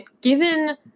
given